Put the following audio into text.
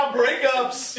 breakups